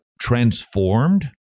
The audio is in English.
transformed